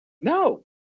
No